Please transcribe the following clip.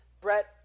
Brett